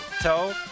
toe